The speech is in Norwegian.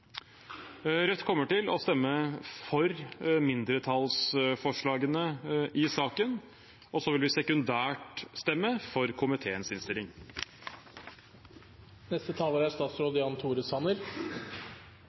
Rødt kommer til å stemme for mindretallsforslagene i saken, og så vil vi sekundært stemme for komiteens innstilling. Skolefritidsordningen er,